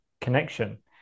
connection